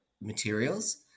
materials